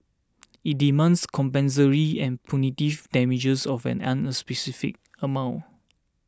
it demands compensatory and punitive damages of an unspecified amount